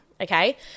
Okay